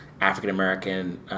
African-American